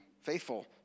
faithful